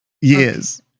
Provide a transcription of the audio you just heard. Yes